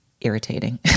irritating